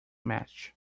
match